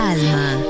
Alma